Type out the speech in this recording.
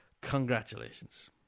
Congratulations